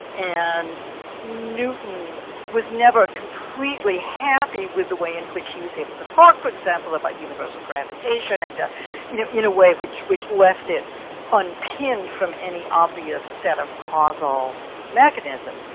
and newton was never completely happy with the way in which he was able to talk, for example, about universal gravitation and you know in a way which which left it unpinned from any obvious set of causal mechanism.